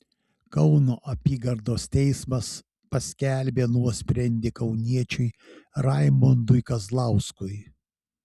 kauno apygardos teismas paskelbė nuosprendį kauniečiui raimondui kazlauskui